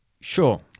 Sure